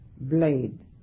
blade